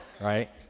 right